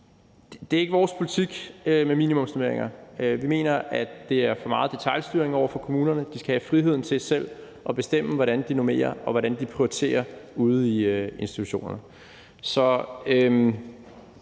er ikke vores politik. Vi mener, at det er for meget detailstyring over for kommunerne. De skal have friheden til selv at bestemme, hvordan de normerer, og hvordan de prioriterer ude i institutionerne. Det